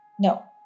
No